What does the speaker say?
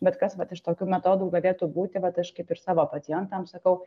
bet kas vat iš tokių metodų galėtų būti vat aš kaip ir savo pacientam sakau